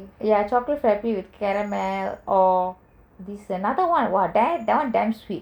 ya chocolate frappe with caramel or this another [one] !wow! that [one] damn sweet